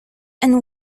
and